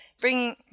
bringing